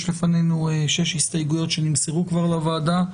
יש בפנינו שש הסתייגויות שנמסרו כבר לוועדה.